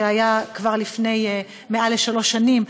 כבר לפני מעל לשלוש שנים,